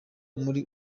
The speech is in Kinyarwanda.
muri